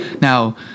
Now